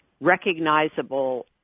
recognizable